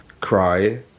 cry